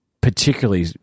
particularly